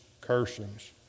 cursings